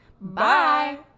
Bye